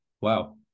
Wow